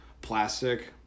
plastic